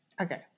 Okay